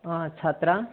हा छात्रा